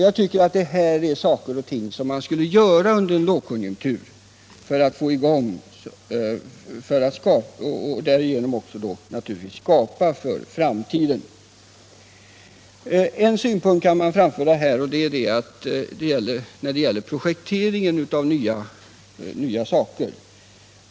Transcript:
Jag tycker att detta är saker och ting som man skulle Nr 39 göra under en lågkonjunktur och därigenom också naturligtvis skapa för Fredagen den framtiden; 2 december 1977 Det är en synpunkt som man kan anföra här när det gäller projeok= —— teringen av nya saker.